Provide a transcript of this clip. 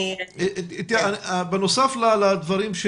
בנוסף לדברים,